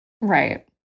right